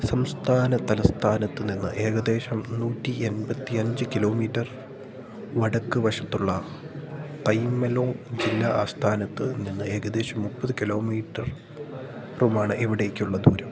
സംസ്ഥാന തലസ്ഥാനത്ത് നിന്ന് ഏകദേശം നൂറ്റി എമ്പത്തി അഞ്ച് കിലോമീറ്റർ വടക്ക് വശത്തുള്ള പൈൻമെലോങ് ജില്ലാ ആസ്ഥാനത്ത് നിന്ന് ഏകദേശം മുപ്പത് കിലോമീറ്റർറുമാണ് ഇവിടേയ്ക്കുള്ള ദൂരം